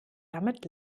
damit